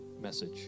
message